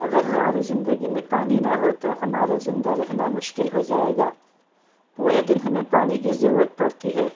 اگر ہماری زندگی میں پانی نہ ہو تو ہمارا زندہ رہنا مشکل ہو جائے گا پورے دن ہمیں پانی کی ضرورت پڑتی ہے